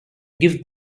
give